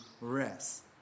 rest